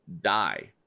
die